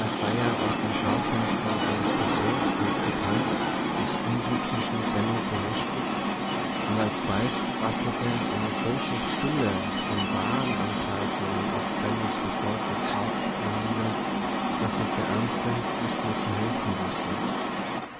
aus dem schaufenster eines friseurs durchgebrannt des unglücklichen benno bemächtigt und alsbald rasselte eine solche fülle von warenanpreisungen auf bennos verstörtes haupt hernieder daß sich der ärmste nicht mehr zu helfen wußte